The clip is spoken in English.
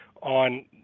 on